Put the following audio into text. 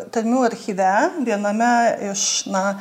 tarmių archyve viename iš na